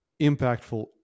impactful